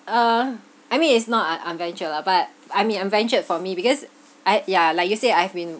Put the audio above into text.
uh I mean it's not an unventured lah but I mean unventured for me because I yeah like you said I've been